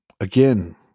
again